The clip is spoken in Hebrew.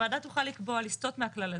הוועדה תוכל לקבוע, לסטות מהכלל הזה.